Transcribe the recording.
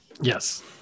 Yes